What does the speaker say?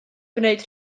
gwneud